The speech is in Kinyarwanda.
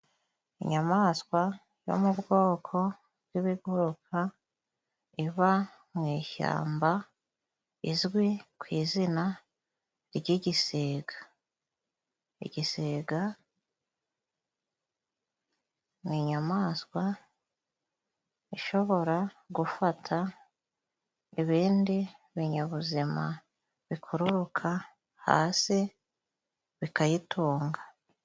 Inyamaswa yo mu bwoko bw'ibiguruka iva mu ishyamba izwi ku izina ry'igisiga igisiga ninyamaswa ishobora gufata ibindi binyabuzima bikururuka hasi bikayitunga.